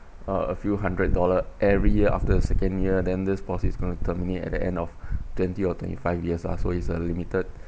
uh a few hundred dollar every year after the second year then this post is going to terminate at the end of twenty or twenty five years ah so it's a limited